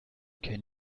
can